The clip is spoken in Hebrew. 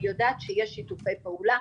אני יודעת שיש שיתופי פעולה.